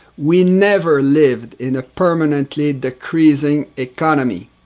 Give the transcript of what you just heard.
we never lived in a permanently decreasing economy.